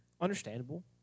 Understandable